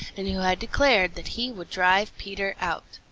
and who had declared that he would drive peter out.